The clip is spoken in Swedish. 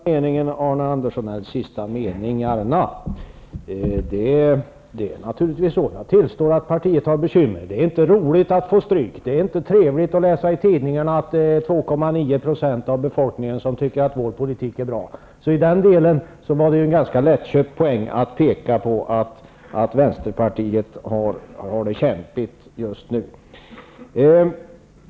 Fru talman! Jag vill kommentera de sista meningarna. Det är naturligtvis så. Jag tillstår att partiet har bekymmer. Det är inte roligt att få stryk. Det är inte trevligt att läsa i tidningarna att endast 2,9 % av befolkningen tycker att vår politik är bra. I den delen var det en ganska lättköpt poäng att peka på att vänsterpartiet har det kämpigt just nu.